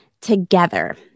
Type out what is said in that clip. together